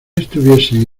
estuviesen